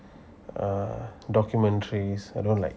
um documentaries I don't like